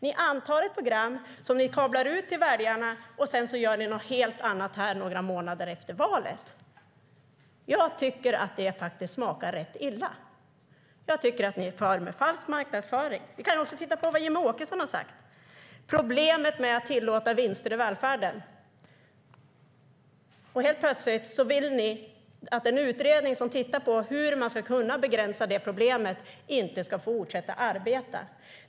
Ni antar ett program som ni kablar ut till väljarna. Sedan gör ni något helt annat några månader efter valet. Jag tycker att det smakar ganska illa. Ni far med falsk marknadsföring. Vi kan också titta på vad Jimmie Åkesson har sagt. Han har sagt att det finns problem med att tillåta vinster i välfärden. Helt plötsligt vill ni att en utredning som tittar på hur man ska kunna begränsa det problemet inte ska fortsätta arbeta.